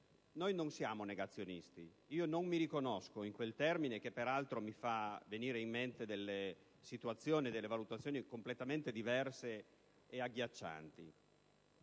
noi non siamo negazionisti. Non mi riconosco in quel termine, che peraltro mi fa venire in mente situazioni e valutazioni completamente diverse e agghiaccianti.